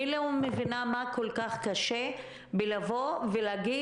אני לא מבינה מה כל כך קשה לבוא ולהגיד,